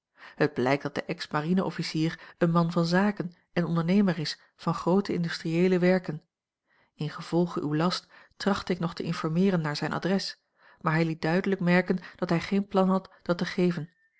het blijkt dat de ex marine officier een man van zaken en ondernemer is van groote industrieele werken ingevolge uw last trachtte ik nog te informeeren naar zijn adres maar hij liet duidelijk merken dat hij geen plan had dat te geven